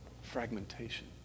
fragmentation